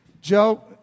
Joe